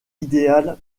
idéal